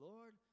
Lord